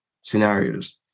scenarios